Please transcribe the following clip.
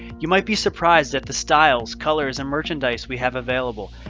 you might be surprised at the styles, colors and merchandise we have available.